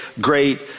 great